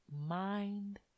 Mind